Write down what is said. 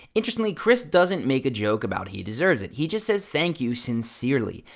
interestingly, chris doesn't make a joke about he deserve it. he just says thank you sincerely.